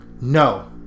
No